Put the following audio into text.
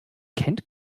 kennt